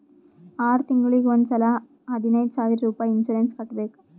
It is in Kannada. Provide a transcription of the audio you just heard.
ಆರ್ ತಿಂಗುಳಿಗ್ ಒಂದ್ ಸಲಾ ಹದಿನೈದ್ ಸಾವಿರ್ ರುಪಾಯಿ ಇನ್ಸೂರೆನ್ಸ್ ಕಟ್ಬೇಕ್